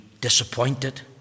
disappointed